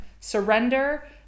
surrender